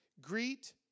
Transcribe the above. Greet